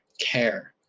care